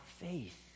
faith